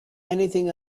anything